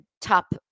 top